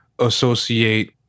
associate